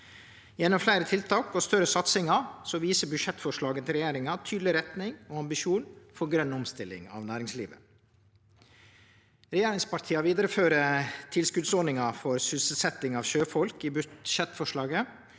Gjennom fleire tiltak og større satsingar viser budsjettforslaget til regjeringa tydeleg retning og ambisjon for grøn omstilling av næringslivet. Regjeringspartia vidarefører tilskotsordninga for sysselsetjing av sjøfolk i budsjettforslaget